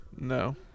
No